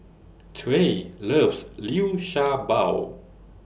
Trae loves Liu Sha Bao